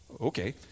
Okay